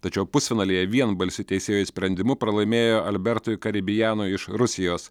tačiau pusfinalyje vienbalsiu teisėjų sprendimu pralaimėjo albertui karibijanui iš rusijos